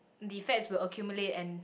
the fats will accumulate and